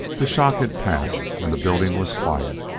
the shock had passed, and the building was quiet,